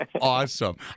awesome